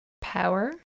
power